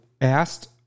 asked